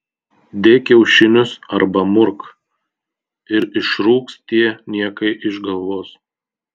dėk kiaušinius arba murk ir išrūks tie niekai iš galvos